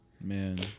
Man